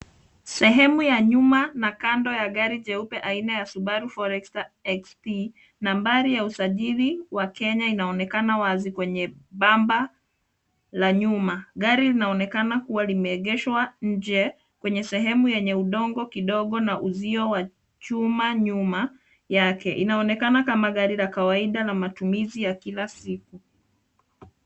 Sehemu ya nyuma na kando ya gari jeupe aina ya Subaru Forester XP, nambari ya usajili wa Kenya unaonekana wazi kwenye bampa la nyuma. Gari linaonekana kuwa limeegeshwa nje kwenye sehemu yenye udongo kidogo na uzio wa chuma nyuma yake. Inaonekana kama gari la kawaida na matumizi ya kila siku.